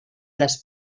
les